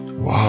Wow